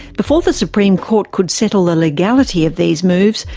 before the supreme court could settle the legality of these moves,